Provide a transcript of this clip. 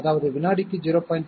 அதாவது வினாடிக்கு 0